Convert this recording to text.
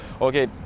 okay